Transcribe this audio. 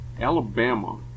Alabama